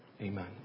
Amen